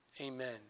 Amen